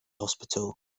hospital